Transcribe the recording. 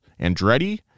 Andretti